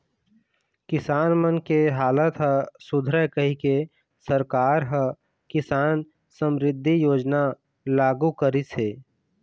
किसान मन के हालत ह सुधरय कहिके सरकार ह किसान समरिद्धि योजना लागू करिस हे